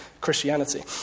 Christianity